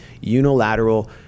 unilateral